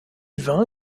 vin